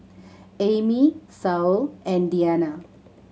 Amy Saul and Deanna